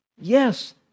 Yes